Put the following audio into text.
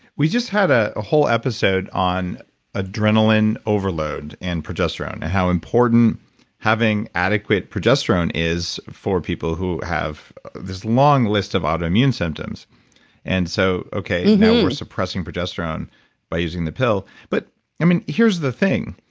we just had a whole episode on adrenaline overload and progesterone, and how important having adequate progesterone is for people who have this long list of autoimmune symptoms and so, okay, now you know um we're suppressing progesterone by using the pill. but here's the thing.